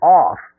off